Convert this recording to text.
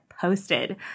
posted